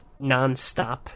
nonstop